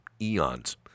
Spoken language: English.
eons